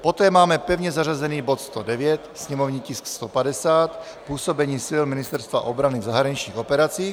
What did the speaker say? Poté máme pevně zařazený bod 109, sněmovní tisk 150, působení sil Ministerstva obrany v zahraničních operacích.